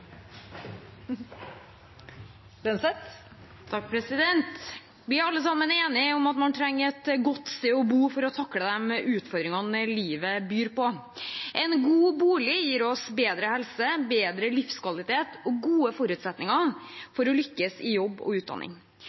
alle sammen enige om at man trenger et godt sted å bo for å takle de utfordringene livet byr på. En god bolig gir oss bedre helse, bedre livskvalitet og gode forutsetninger for å lykkes i jobb og utdanning.